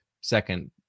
second